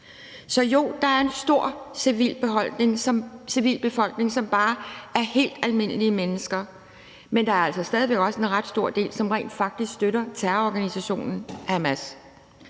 Så jo, der er en stor civilbefolkning, som bare er helt almindelige mennesker, men der er altså stadig væk også en ret stor del, som rent faktisk støtter terrororganisationen Hamas,